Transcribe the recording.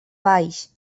baix